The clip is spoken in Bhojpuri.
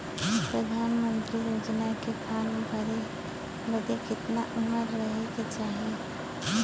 प्रधानमंत्री योजना के फॉर्म भरे बदे कितना उमर रहे के चाही?